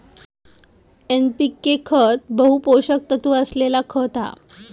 NPK खत बहु पोषक तत्त्व असलेला खत हा